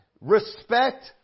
Respect